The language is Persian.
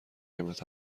قیمت